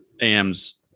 ams